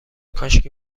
کاشکی